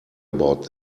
about